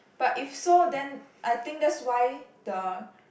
but if so then I think that's why the